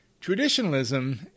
Traditionalism